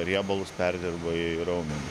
riebalus perdirba į raumenį